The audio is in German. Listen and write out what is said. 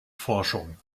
forschung